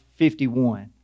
51